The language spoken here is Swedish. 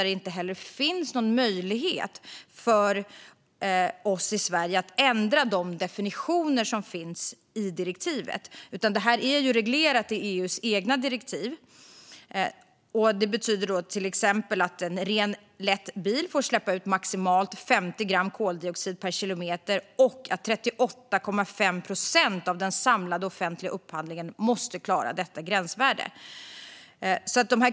Det finns inte någon möjlighet för oss i Sverige att ändra de definitioner som finns i direktivet, utan detta är reglerat i EU:s eget direktiv. Det betyder till exempel att en ren lätt bil får släppa ut maximalt 50 gram koldioxid per kilometer och att 38,5 procent av den samlade offentliga upphandlingen måste klara detta gränsvärde.